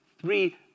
three